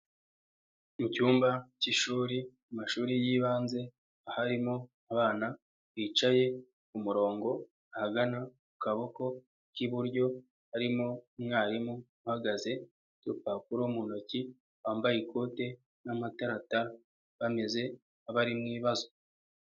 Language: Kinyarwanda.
Mu cyumba k'ishuri mu mashuri y'ibanze harimo abana bicaye ku murongo ahagana ku kaboko k'iburyo, harimo umwarimu uhagaze ufite urupapuro mu ntoki, wambaye ikote n'amatarata bameze nk'abari mu ibazwa.